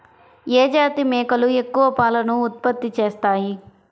ఏ జాతి మేకలు ఎక్కువ పాలను ఉత్పత్తి చేస్తాయి?